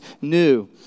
new